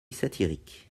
satirique